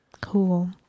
Cool